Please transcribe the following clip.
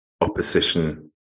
opposition